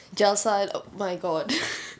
gel side oh my god